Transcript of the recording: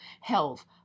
health